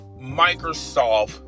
microsoft